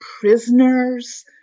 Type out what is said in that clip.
prisoners